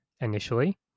initially